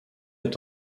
est